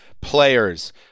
players